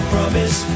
promise